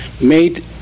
made